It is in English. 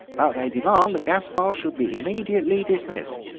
but they demand that gaspare should be immediately dismissed.